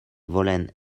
volen